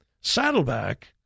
Saddleback